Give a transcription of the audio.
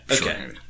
okay